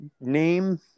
name